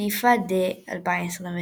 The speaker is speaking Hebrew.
FIFA de 2026